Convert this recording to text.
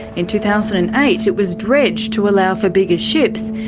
in two thousand and eight it was dredged to allow for bigger ships,